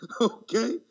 Okay